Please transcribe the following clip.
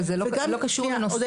אבל זה לא קשור לנושא.